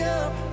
up